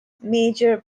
major